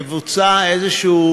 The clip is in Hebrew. יבוצע איזשהו